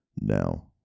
Now